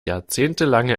jahrzehntelange